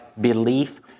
belief